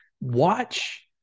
Watch